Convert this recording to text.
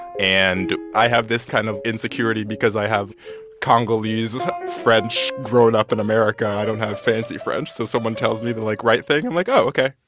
and i have this kind of insecurity because i have congolese french growing up in america i don't have fancy french. so if someone tells me the, like, right thing, i'm like, oh, ok,